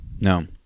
No